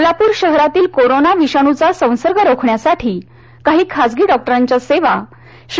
सोलापूर शहरातील कोरोना विषाणूचा संसर्ग रोखण्यासाठी काही खासगी डॉक्टरांच्या सेवा श्री